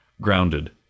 grounded